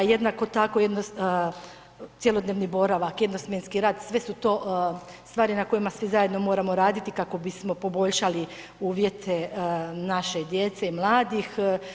Jednako tako, cjelodnevni boravak, jednosmjenski rad, sve su to stvari na kojima svi zajedno moramo raditi kako bismo poboljšali uvjete naše djece i mladih.